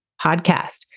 podcast